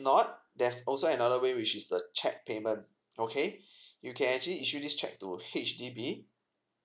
not there's also another way which is the cheque payment okay you can actually issue this cheque to H_D_B